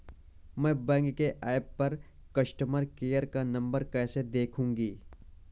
मैं बैंक के ऐप पर कस्टमर केयर का नंबर कैसे देखूंगी?